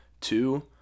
two